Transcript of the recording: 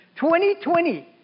2020